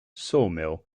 sawmill